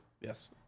Yes